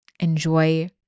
enjoy